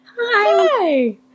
Hi